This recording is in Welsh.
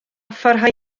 pharhau